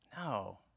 No